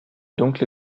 dunkle